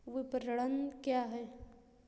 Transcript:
विपणन क्या है?